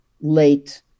late